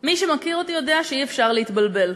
מי שמכיר אותי יודע שאי-אפשר להתבלבל,